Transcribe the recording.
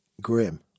grim